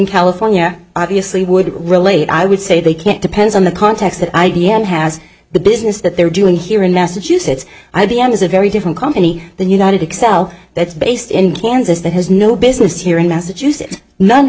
california obviously would relate i would say they can't depends on the context that i b m has the business that they're doing here in massachusetts i b m is a very different company than united excel that's based in kansas that has no business here in massachusetts none